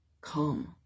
Come